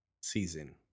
season